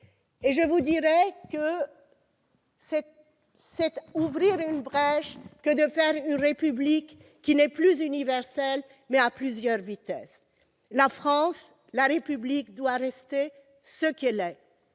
d'ici. C'est ouvrir une brèche que de faire une République qui n'est plus universelle, mais qui est à plusieurs vitesses. La France, la République, doit rester ce qu'elle est.